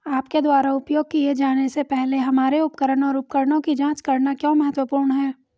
आपके द्वारा उपयोग किए जाने से पहले हमारे उपकरण और उपकरणों की जांच करना क्यों महत्वपूर्ण है?